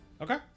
Okay